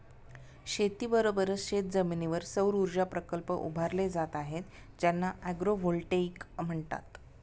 शेतीबरोबरच शेतजमिनीवर सौरऊर्जा प्रकल्प उभारले जात आहेत ज्यांना ॲग्रोव्होल्टेईक म्हणतात